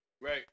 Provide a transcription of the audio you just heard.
Right